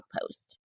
post